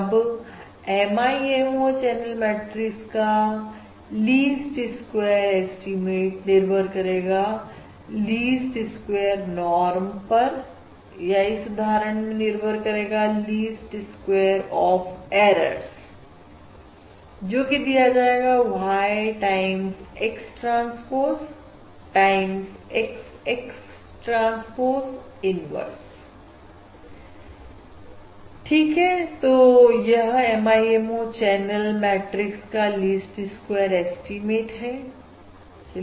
तब MIMO channel matrix का least square estimate निर्भर करेगा लीस्ट स्क्वेयर नॉर्म पर या यहां इस उदाहरण में निर्भर करेगा लीस्ट स्क्वेयर ऑफ एरर्स जोकि दिया जाएगा Y time X transpose times X X transpose inverse है ठीक है तो यह MIMO चैनल मैट्रिक्स का लीस्ट स्क्वेयर एस्टीमेट है